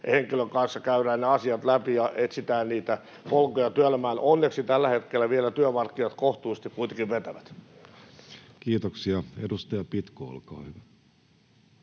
henkilön kanssa käydään ne asiat läpi ja etsitään polkuja työelämään. Onneksi tällä hetkellä vielä työmarkkinat kohtuullisesti kuitenkin vetävät. [Speech 32] Speaker: Jussi